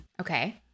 Okay